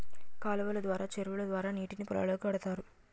కాలువలు ద్వారా చెరువుల ద్వారా నీటిని పొలాలకు కడతారు